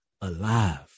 alive